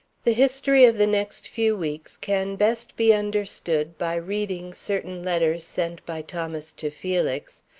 the history of the next few weeks can best be understood by reading certain letters sent by thomas to felix,